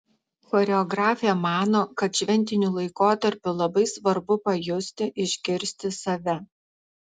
choreografė mano kad šventiniu laikotarpiu labai svarbu pajusti išgirsti save